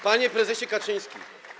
Panie Prezesie Kaczyński!